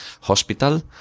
hospital